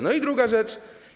No i druga rzecz.